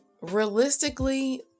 realistically